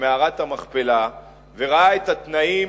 במערת המכפלה וראה את התנאים,